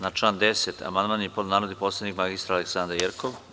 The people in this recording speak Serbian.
Na član 10. amandman je podneo narodni poslanik mr Aleksandra Jerkov.